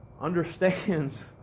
Understands